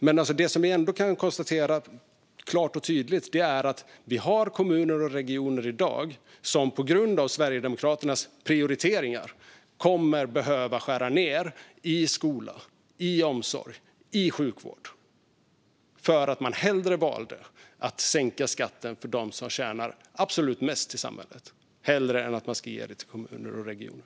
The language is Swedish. Det vi klart och tydligt kan konstatera är att vi i dag har kommuner och regioner som på grund av Sverigedemokraternas prioriteringar kommer att behöva skära ned i skola, i omsorg och i sjukvård därför att man hellre valde att sänka skatten för dem som tjänar absolut mest i samhället än att ge de pengarna till kommuner och regioner.